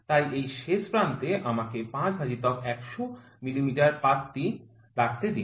তাই এই শেষ প্রান্তে আমাকে ৫ ভাজিত ১০০ মিমি পাতাটি রাখতে দিন